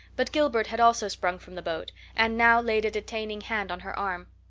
but gilbert had also sprung from the boat and now laid a detaining hand on her arm.